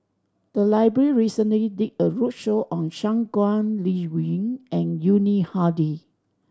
the library recently did a roadshow on Shangguan Liuyun and Yuni Hadi